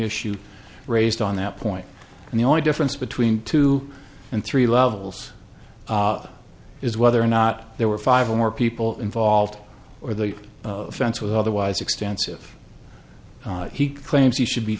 issue raised on that point and the only difference between two and three levels is whether or not there were five or more people involved or the offense with otherwise extensive he claims he should be